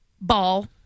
Ball